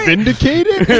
Vindicated